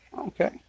Okay